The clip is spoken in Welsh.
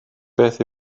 beth